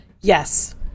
Yes